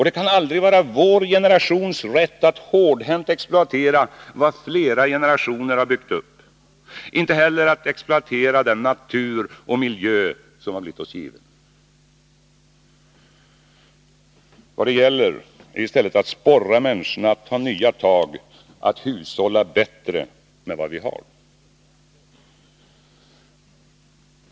Det kan aldrig vara vår generations rätt att hårdhänt exploatera vad flera generationer har byggt upp, inte heller att exploatera den natur och den miljö som har blivit oss givna. Vad det gäller är i stället att sporra människorna att ta nya tag, att hushålla bättre med vad vi har.